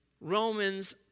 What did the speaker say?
Romans